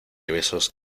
besos